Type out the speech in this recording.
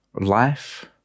Life